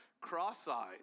cross-eyed